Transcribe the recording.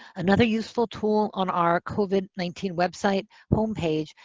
another useful tool on our covid nineteen website home page,